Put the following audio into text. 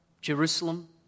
Jerusalem